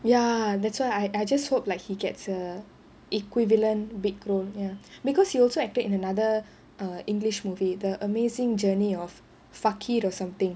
ya that's why i~ I just hope like he gets a equivalent big role ya because he also acted in another err english movie the amazing journey of fakir or something